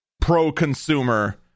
pro-consumer